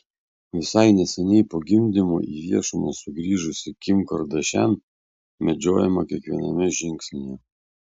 visai neseniai po gimdymo į viešumą sugrįžusi kim kardashian medžiojama kiekviename žingsnyje